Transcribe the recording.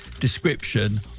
description